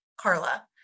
Carla